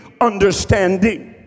understanding